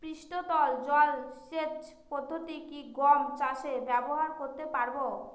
পৃষ্ঠতল জলসেচ পদ্ধতি কি গম চাষে ব্যবহার করতে পারব?